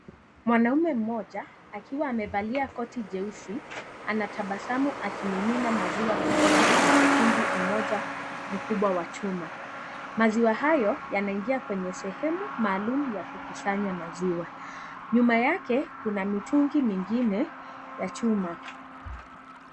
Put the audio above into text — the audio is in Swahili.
Mwanaume mmoja akiwa amevalia koti jeusi ana tabasamu akimimina maziwa kutoka kwa mtungi moja mkubwa wa chuma. Maziwa hayo yanaingia kwenye sehemu maalum ya kukusanya maziwa. Nyuma yake, kuna mitungi mingine ya chuma.